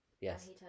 Yes